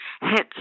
hits